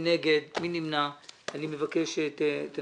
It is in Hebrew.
אני חושב שיש פתרון ואין צורך בתיקון הזה.